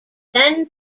then